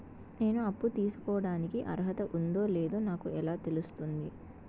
నేను అప్పు తీసుకోడానికి అర్హత ఉందో లేదో నాకు ఎలా తెలుస్తుంది?